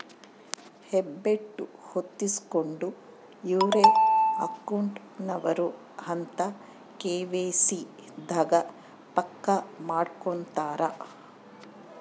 ಹೆಬ್ಬೆಟ್ಟು ಹೊತ್ತಿಸ್ಕೆಂಡು ಇವ್ರೆ ಅಕೌಂಟ್ ನವರು ಅಂತ ಕೆ.ವೈ.ಸಿ ದಾಗ ಪಕ್ಕ ಮಾಡ್ಕೊತರ